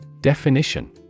Definition